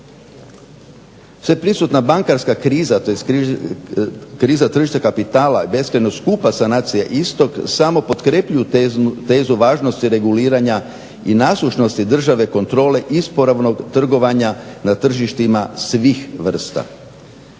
Sveprisutna bankarska kriza tj. kriza tržišta kapitala i beskrajno skupa sanacija istog samo potkrepljuju tezu važnosti reguliranja i nasušnosti države kontrole ispravnog trgovanja na tržištima svih vrsta.